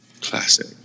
classic